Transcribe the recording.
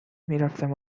میرفتم